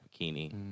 bikini